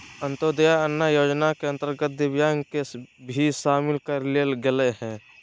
अंत्योदय अन्न योजना के अंतर्गत दिव्यांग के भी शामिल कर लेल गेलय हइ